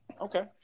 Okay